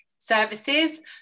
services